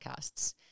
Podcasts